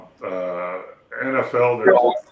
NFL